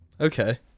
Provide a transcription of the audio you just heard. Okay